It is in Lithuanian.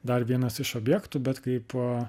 dar vienas iš objektų bet kaip